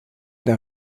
der